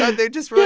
and they just were